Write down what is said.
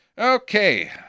Okay